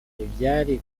ibyari